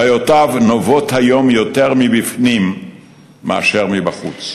בעיותיו נובעות היום יותר מבפנים מאשר מבחוץ,